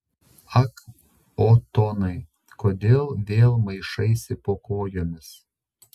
ak otonai kodėl vėl maišaisi po kojomis